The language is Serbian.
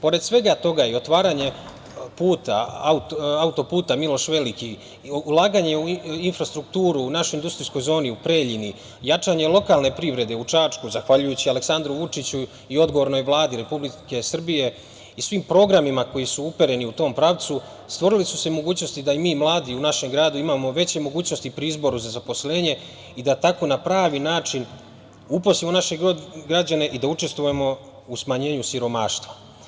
Pored svega toga je otvaranje auto-puta „Miloš veliki“ i ulaganje u infrastrukturu u našoj industrijskoj zoni u Preljini, jačanje lokalne privrede u Čačku, zahvaljujući Aleksandru Vučiću i odgovornoj Vladi Republike Srbije i svim programima koji su upereni u tom pravcu stvorile su se mogućnosti da i mi mladi u našem gradu imamo veće mogućnosti pri izboru za zaposlenje i da tako na pravi način uposlimo naše građane i da učestvujemo u smanjenju siromaštva.